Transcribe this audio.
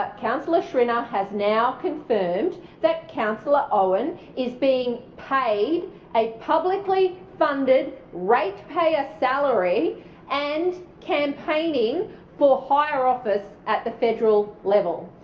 councillor schrinner has now confirmed that councillor owen is being paid a publicly funded rate payer salary and campaigning for higher office at the federal level.